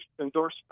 endorsement